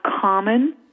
common